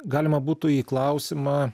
galima būtų į klausimą